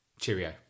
cheerio